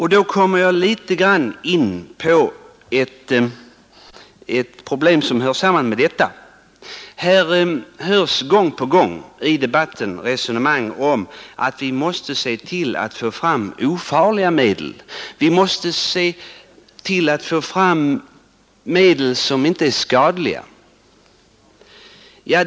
Här kommer jag in på ett problem som hör samman med detta. Vi hör gång på gång sägas att man måste få fram ofarliga medel, få fram medel som inte är skadliga.